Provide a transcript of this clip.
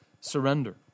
surrender